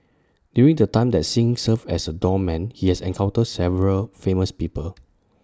during the time that Singh served as A doorman he has encountered several famous people